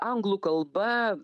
anglų kalba